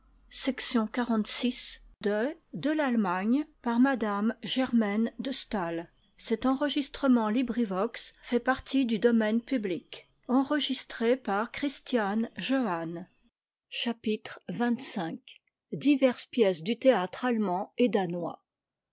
chapitre xxv diverses pièces du théâtre allemand et danois